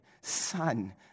son